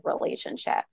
relationship